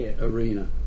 arena